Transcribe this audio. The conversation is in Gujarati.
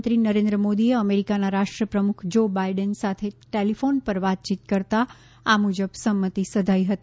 પ્રધાનમંત્રી નરેન્દ્ર મોદીએ અમેરીકાના રાષ્ટ્રપ્રમુખ જો બાઇડેન સાથે ટેલીફોન ઉપર વાતયીત કરતાં આ મુજબ સંમતી સધાઇ હતી